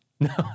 No